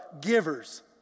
givers